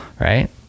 right